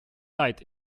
leid